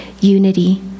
unity